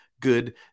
good